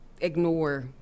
ignore